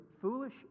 foolish